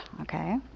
Okay